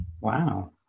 wow